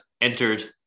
entered